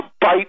bite